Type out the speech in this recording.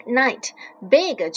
night，big